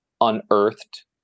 unearthed